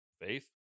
Faith